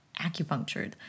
acupunctured